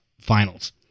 finals